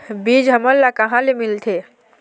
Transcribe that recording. बीज हमन ला कहां ले मिलथे?